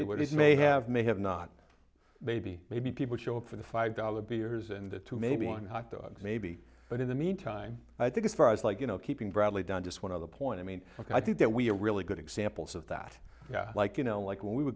they were days may have may have not maybe maybe people show up for the five dollar beers and the two maybe one hotdogs maybe but in the meantime i think as far as like you know keeping bradley down just one other point i mean look i think that we are really good examples of that like you know like when we were